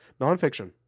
nonfiction